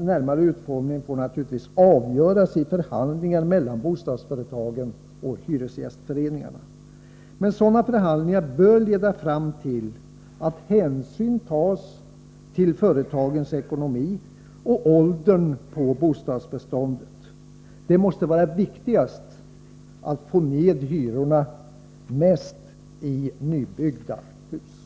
närmare utformningen får avgöras i förhandlingar mellan bostadsföretagen och hyresgästföreningarna. Sådana förhandlingar bör leda fram till att hänsyn tas till företagens ekonomi och åldern på bostadsbeståndet. Det måste vara viktigast att få ned hyrorna mest i nybyggda hus.